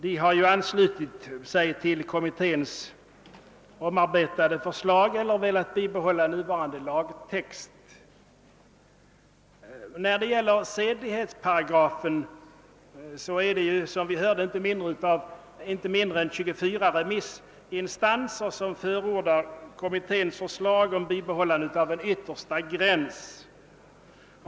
Den har ju anslutit sig till kommitténs omarbetade förslag eller velat bibehålla nuvarande lagtext. När det gäller sedlighetsparagrafen har, som vi hörde, inte mindre än 27 remissinstanser förordat kommitténs förslag om bibehållande av en yttersta gräns.